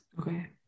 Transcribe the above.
Okay